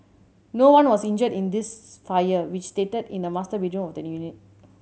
no one was injured in this fire which started in the master bedroom the unit